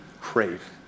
crave